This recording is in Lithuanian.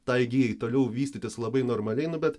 tai gijai toliau vystytis labai normaliai nu bet